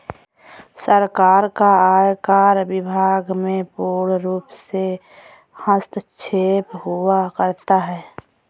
सरकार का आयकर विभाग में पूर्णरूप से हस्तक्षेप हुआ करता है